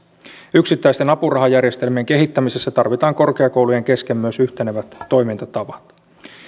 yksittäisten apurahajärjestelmien kehittämisessä tarvitaan korkeakoulujen kesken myös yhtenevät toimintatavat